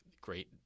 great